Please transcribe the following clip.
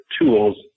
tools